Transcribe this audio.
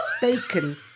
bacon